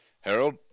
Harold